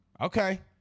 Okay